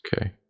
Okay